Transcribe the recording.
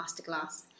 Masterclass